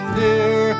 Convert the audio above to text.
dear